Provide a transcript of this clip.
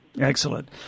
Excellent